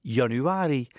januari